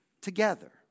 together